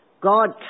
God